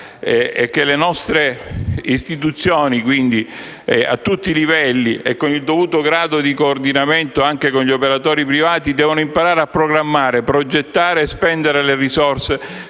è che le nostre istituzioni, a tutti i livelli e con il dovuto grado di coordinamento anche con gli operatori privati, devono imparare a programmare, progettare e spendere le risorse,